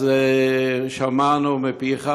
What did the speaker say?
אז שמענו מפיך,